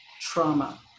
trauma